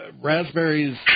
Raspberries